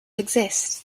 exist